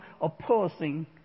opposing